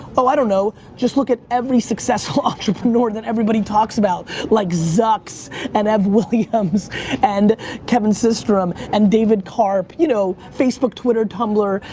oh, i don't know. just look at every successful entrepreneur that everybody talks about. like zucks and ev williams and kevin systrom and david karp. you know, facebook, twitter, tumblr,